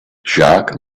jacques